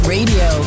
Radio